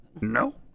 No